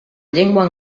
llengua